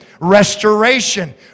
Restoration